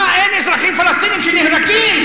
מה, אין אזרחים פלסטינים שנהרגים?